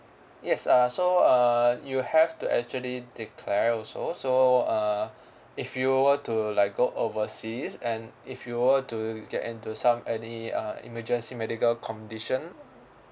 yes uh so err you have to actually declare also so err if you were to like go overseas and if you were to get into some any uh emergency medical condition